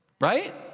Right